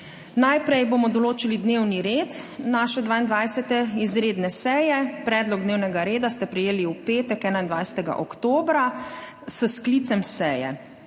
Najprej bomo določili dnevni red 22. izredne seje. Predlog dnevnega reda ste prejeli v petek, 21. oktobra 2022, s sklicem seje.